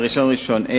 על ראשון, ראשון.